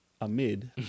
amid